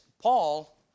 Paul